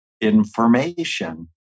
information